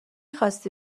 خاستی